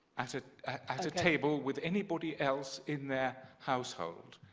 at ah at a table with anybody else in their household.